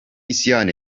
isyan